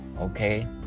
Okay